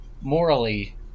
morally